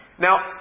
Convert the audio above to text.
Now